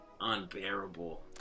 unbearable